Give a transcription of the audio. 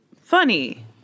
funny